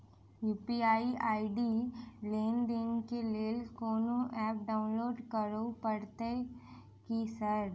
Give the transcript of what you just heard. UPI ID लेनदेन केँ लेल कोनो ऐप डाउनलोड करऽ पड़तय की सर?